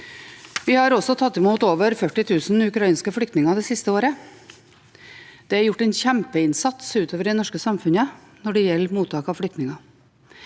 Vi har også tatt imot over 40 000 ukrainske flyktninger det siste året. Det er gjort en kjempeinnsats utover i det norske samfunnet når det gjelder mottak av flyktninger.